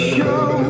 Show